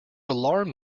alarm